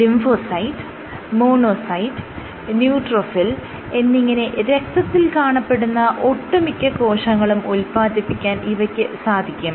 lymphocyte monocyte neutrophil എന്നിങ്ങനെ രക്തത്തിൽ കാണപ്പെടുന്ന ഒട്ടുമിക്ക കോശങ്ങളും ഉത്പാദിപ്പിക്കാൻ ഇവയ്ക്ക് സാധിക്കും